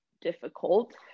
difficult